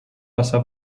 passà